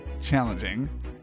challenging